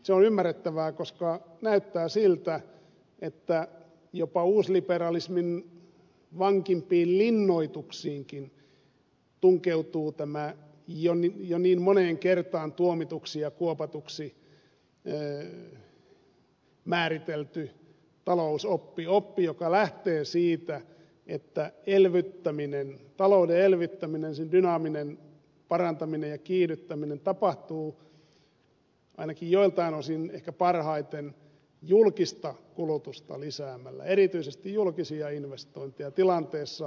se on ymmärrettävää koska näyttää siltä että jopa uusliberalismin vankimpiin linnoituksiinkin tunkeutuu tämä jo niin moneen kertaan tuomituksi ja kuopatuksi määritelty talousoppi oppi joka lähtee siitä että talouden elvyttäminen sen dynaaminen parantaminen ja kiihdyttäminen tapahtuu ainakin joiltain osin ehkä parhaiten julkista kulutusta lisäämällä erityisesti julkisia investointeja tilanteessa